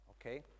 Okay